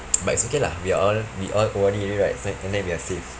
but it's okay lah we are all we all O_R_D already right fi~ and then we are safe